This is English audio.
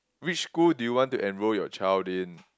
which school do you want to enroll your child in